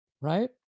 right